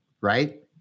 right